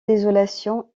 désolation